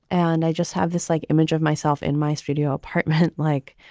and i just have this like image of myself in my studio apartment, like.